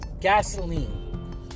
gasoline